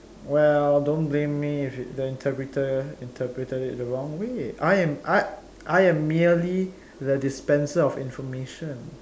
well don't blame me if the interpreter interpreted it the wrong way I am I I am merely the dispenser of information